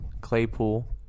Claypool